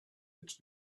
its